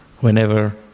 whenever